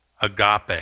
agape